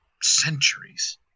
centuries